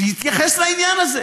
שיתייחס לעניין הזה.